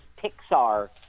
Pixar